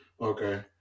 Okay